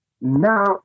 Now